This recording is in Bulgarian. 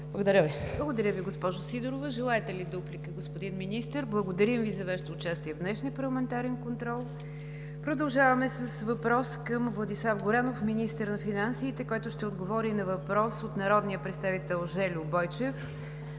Благодаря, госпожо Сидорова. Желаете ли дуплика, господин Министър? Благодаря за Вашето участие в днешния парламентарен контрол. Продължаваме с въпрос към Владислав Горанов – министър на финансите, който ще отговори на въпрос от народния представител Жельо Бойчев